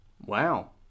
wow